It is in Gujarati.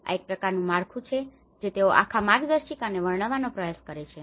આ એક પ્રકારનું માળખું છે જે તેઓ આખા માર્ગદર્શિકાને વર્ણવવાનો પ્રયાસ કરે છે